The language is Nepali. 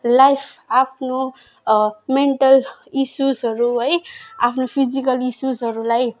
लाइफ आफ्नो मेन्टल इस्युजहरू है आफ्नो फिजिकल इस्युजहरूलाई